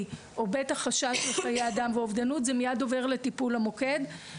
או בטח חשש לחיי אדם ואובדנות זה מייד עובר לטיפול המוקד.